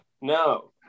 no